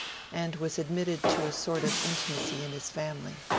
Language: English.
and was admitted to a sort of intimacy in his family.